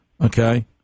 Okay